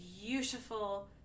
beautiful